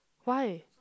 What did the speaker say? why